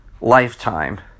lifetime